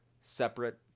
separate